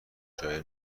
جای